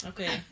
Okay